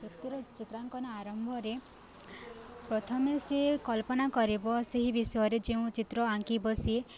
ଚିତ୍ରର ଚିତ୍ରାଙ୍କନ ଆରମ୍ଭରେ ପ୍ରଥମେ ସିଏ କଳ୍ପନା କରିବ ସେହି ବିଷୟରେ ଯେଉଁ ଚିତ୍ର ଆଙ୍କିବ ସିଏ